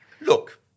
Look